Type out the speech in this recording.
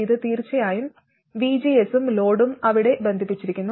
ഇത് തീർച്ചയായും vgs ഉം ലോഡും അവിടെ ബന്ധിപ്പിച്ചിരിക്കുന്നു